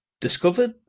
discovered